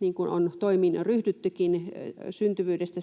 niin kuin on toimiin jo ryhdyttykin. Selonteko syntyvyydestä